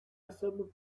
особо